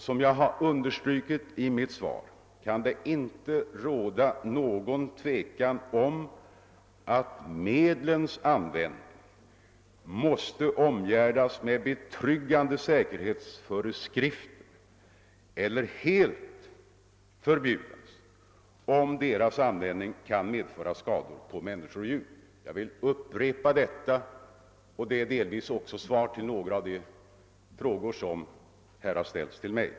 Som jag underströk i mitt svar kan det inte råda någon tvekan om att medlens användning måste omgärdas med betryggande säkerhetsföreskrifter eller medlen helt förbjudas, om deras användning kan medföra skador för människor och djur. Jag vill upprepa detta, och det utgör delvis också svar på några av de frågor som här ställts till mig.